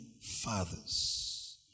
fathers